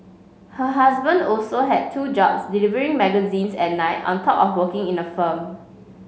her husband also had two jobs delivering magazines at night on top of working in a firm